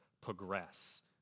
progress